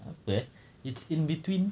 apa eh it's in between